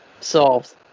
solved